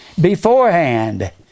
beforehand